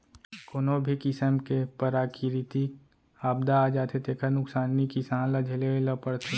कोनो भी किसम के पराकिरितिक आपदा आ जाथे तेखर नुकसानी किसान ल झेले ल परथे